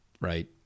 Right